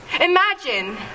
Imagine